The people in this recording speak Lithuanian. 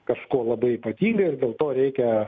kažko labai ypatingai ir dėl to reikia